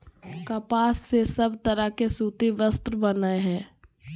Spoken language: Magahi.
कपास से सब तरह के सूती वस्त्र बनय हय